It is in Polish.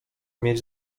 mieć